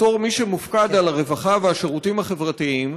בתור מי שמופקד על הרווחה והשירותים החברתיים,